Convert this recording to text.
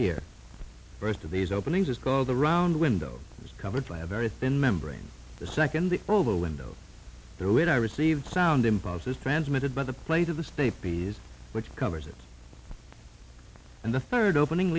ear first of these openings is called the round window is covered by a very thin membrane the second the oval window there where i received sound impulses transmitted by the plate of the stay piece which covers it and the third opening